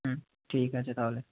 হুম ঠিক আছে তাহলে